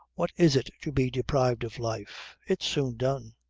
what is it to be deprived of life? it's soon done.